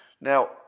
Now